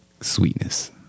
sweetness